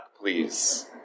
please